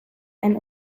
and